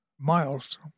Miles